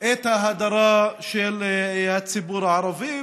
את ההדרה של הציבור הערבי.